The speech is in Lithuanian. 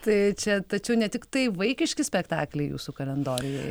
tai čia tačiau ne tiktai vaikiški spektakliai jūsų kalendoriuje